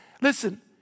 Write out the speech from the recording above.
Listen